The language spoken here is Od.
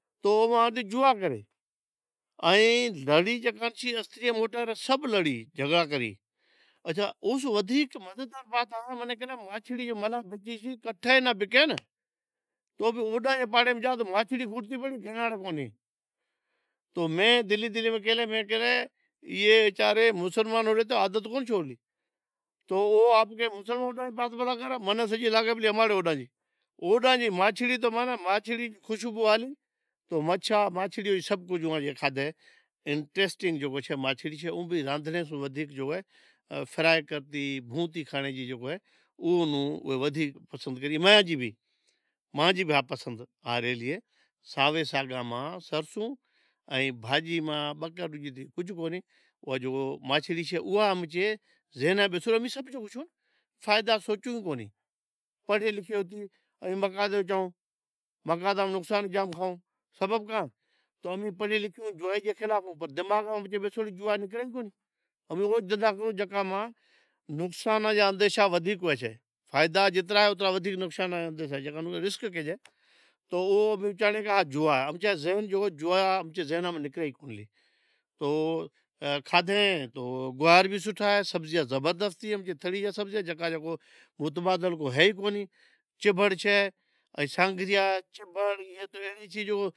تو جوا کریں ائیں لڑی جکا چھی موٹا استریاں سب لڑیں جھگڑا کریں، اوش ودھیک مزیدار وات اے کہ مچھڑی ملاح ویچیں سیں کڈہیں ناں بکے تو اوڈاں نی پاڑے میں جا تو مچھڑی کھٹی پڑی تو میں دلی دل میں کہیلا کہ ایئے وچارے مسلمان عادت کونی چھوڑی پر اے مانیں لاگے امارے اوڈاں نیں بات کرریو انٹریسٹنگ جکو ماچھلی چھے او رادھنڑے سین فرائی پسند چھے مانجی بھی پسند چھے سائے ساگاں میں سرسوں ائیں بھاجی ماں ماچھلی چھے اوئا بھی، پڑہیو لکھیو تھی مقاطعا جائوں مقاطعے میں نقصان کھائوں سبب کہاں امیں پڑہیو لکھیو جوا جے خلاف آہاں پر دماغاں ماں جوا نکرے ای کون تھی، امیں او دہندہا کروں جکاں ماں نقصان نا اندیشا قدھیک ہوئیسیں فائدا جیترا اوترا نقصان ہودھیک ہوسیں، جکے ناں رسک کہیجے، اماں جے ذہناں ماں جوا نکرے ئی کونہیں تو کھادھے میں گوار بھی سوٹھا ایں سبزیاں زبردست چھیں تھڑی ریں سبزیاں جکاں نو متبادل کوئی ہے ئی کونیں چبھڑ چھے ائیں سانگریاں چبھڑ اہڑی شئیں جکو